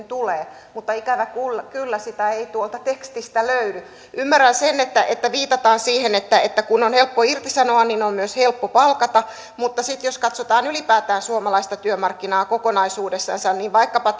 tulee mutta ikävä kyllä sitä ei tuolta tekstistä löydy ymmärrän sen että että viitataan siihen että että kun on helppo irtisanoa niin on myös helppo palkata mutta sitten jos katsotaan ylipäätään suomalaista työmarkkinaa kokonaisuudessansa niin vaikkapa